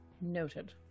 Noted